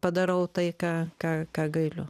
padarau tai ką ką ką galiu